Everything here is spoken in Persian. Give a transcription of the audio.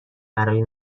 برای